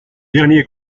derniers